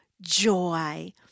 joy